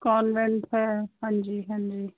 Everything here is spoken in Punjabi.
ਕੋਂਨਵੈਂਟ ਹੈ ਹਾਂਜੀ ਹਾਂਜੀ